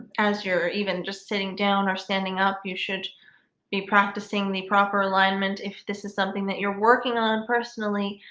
as you're even just sitting down or standing up you should be practicing the proper alignment if this is something that you're working on personally,